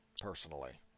Personally